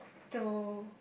no